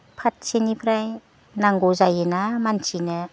फारसेनिफ्राय नांगौ जायोना मानसिनो